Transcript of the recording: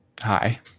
Hi